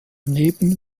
daneben